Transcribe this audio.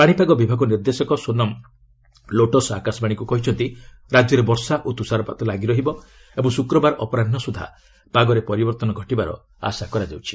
ପାଣିପାଗ ବିଭାଗ ନିର୍ଦ୍ଦେଶକ ସୋନମ ଲୋଟ୍ସ୍ ଆକାଶବାଶୀକୁ କହିଛନ୍ତି ରାଜ୍ୟରେ ବର୍ଷା ଓ ତୃଷାରପାତ ଲାଗି ରହିବ ଏବଂ ଶ୍ରକ୍ରବାର ଅପରାହ ସ୍ରଦ୍ଧା ପାଗରେ ପରିବର୍ତ୍ତନ ଘଟିବାର ଆଶା କରାଯାଉଛି